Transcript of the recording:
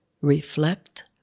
reflect